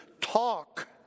talk